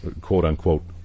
quote-unquote